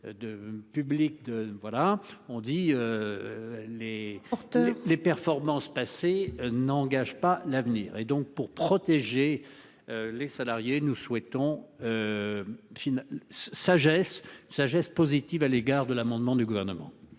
on dit. N'est. Les performances passées n'engage pas l'avenir et donc pour protéger. Les salariés, nous souhaitons. Sagesse, sagesse positive à l'égard de l'amendement du gouvernement.